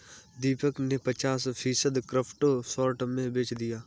दीपक ने पचास फीसद क्रिप्टो शॉर्ट में बेच दिया